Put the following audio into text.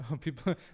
People